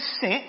sit